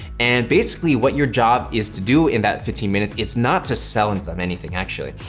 and basically what your job is to do in that fifteen minutes, it's not to sell and them anything, actually,